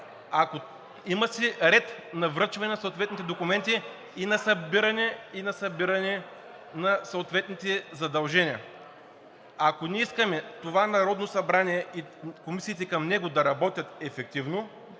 окей. Има си ред на връчване на съответните документи и на събиране на съответните задължения. Ако ние искаме това Народно събрание и комисиите към него да работят ефективно,